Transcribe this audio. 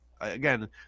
again